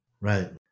Right